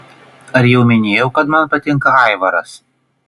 ar jau minėjau kad man patinka aivaras